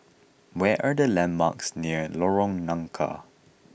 where are the landmarks near Lorong Nangka